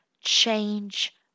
change